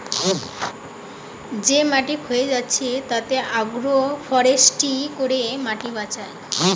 যে মাটি ক্ষয়ে যাচ্ছে তাতে আগ্রো ফরেষ্ট্রী করে মাটি বাঁচায়